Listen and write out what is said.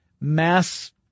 mass